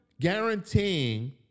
guaranteeing